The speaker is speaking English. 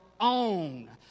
own